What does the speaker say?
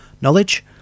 knowledge